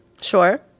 Sure